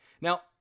Now